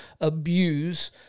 abuse